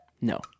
No